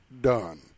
done